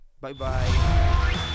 Bye-bye